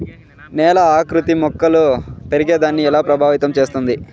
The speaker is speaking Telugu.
నేల ఆకృతి మొక్కలు పెరిగేదాన్ని ఎలా ప్రభావితం చేస్తుంది?